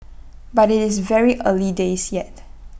but IT is very early days yet